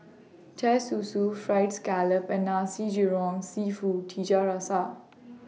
Teh Susu Fried Scallop and Nasi Goreng Seafood Tiga Rasa